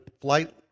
flight